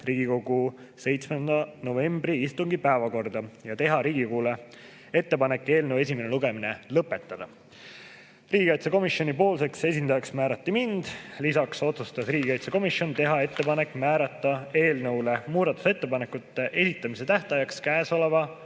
Riigikogu 7. novembri istungi päevakorda ja teha Riigikogule ettepanek eelnõu esimene lugemine lõpetada. Riigikaitsekomisjoni esindajaks määrati mind, lisaks otsustas riigikaitsekomisjon teha ettepaneku määrata eelnõu kohta muudatusettepanekute esitamise tähtajaks käesoleva